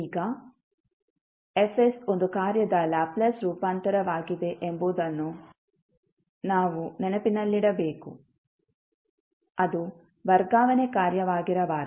ಈಗ F ಒಂದು ಕಾರ್ಯದ ಲ್ಯಾಪ್ಲೇಸ್ ರೂಪಾಂತರವಾಗಿದೆ ಎಂಬುದನ್ನು ನಾವು ನೆನಪಿನಲ್ಲಿಡಬೇಕು ಅದು ವರ್ಗಾವಣೆ ಕಾರ್ಯವಾಗಿರಬಾರದು